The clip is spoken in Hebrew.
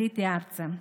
עליתי ארצה,